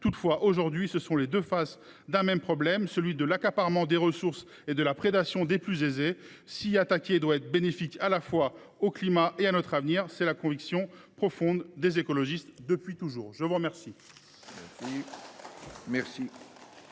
Toutefois, aujourd’hui, ce sont les deux faces d’un même problème, celui de l’accaparement des ressources et de la prédation des plus aisés. S’y attaquer doit être bénéfique à la fois au climat et à notre avenir : c’est la conviction profonde des écologistes depuis toujours. La parole